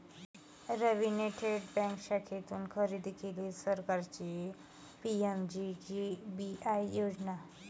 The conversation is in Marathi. रवीने थेट बँक शाखेतून खरेदी केली सरकारची पी.एम.जे.जे.बी.वाय योजना